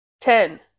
ten